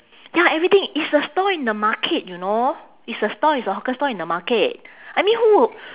ya everything it's a stall in the market you know it's a stall it's a hawker stall in the market I mean who would